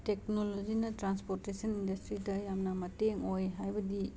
ꯇꯦꯛꯅꯣꯂꯣꯖꯤꯅ ꯇ꯭ꯔꯥꯟꯁꯄꯣꯔꯇꯦꯁꯟ ꯏꯟꯗꯁꯇ꯭ꯔꯤꯗ ꯌꯥꯝꯅ ꯃꯇꯦꯡ ꯑꯣꯏ ꯍꯥꯏꯕꯗꯤ